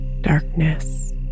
darkness